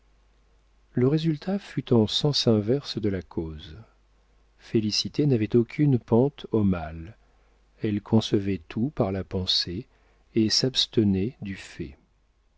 le résultat fut en sens inverse de la cause félicité n'avait aucune pente au mal elle concevait tout par la pensée et s'abstenait du fait